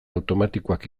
automatikoak